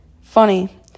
Funny